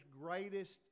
greatest